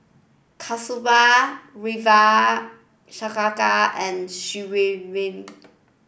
Kasturba Ravi Shankar and Srinivasa